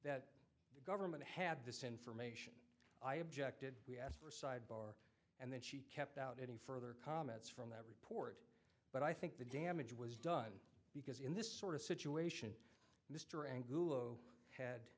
that the government had this information i objected we asked for sidebar and then she kept out any further comments from that report but i think the damage was done because in this sort of situation mr and gulo had